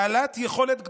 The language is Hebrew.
בעלת יכולת גדולה.